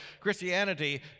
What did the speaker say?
Christianity